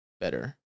better